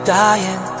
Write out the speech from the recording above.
dying